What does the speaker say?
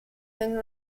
and